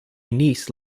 niece